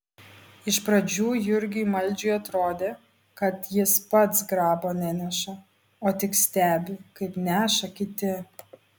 iš pradžių jurgiui maldžiui atrodė kad jis pats grabo neneša o tik stebi kaip neša kiti